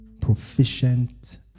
proficient